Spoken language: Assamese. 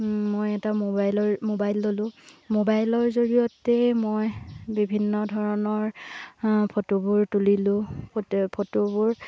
মই এটা মোবাইলৰ মোবাইল ল'লোঁ মোবাইলৰ জৰিয়তে মই বিভিন্ন ধৰণৰ ফটোবোৰ তুলিলোঁ ফ ফটোবোৰ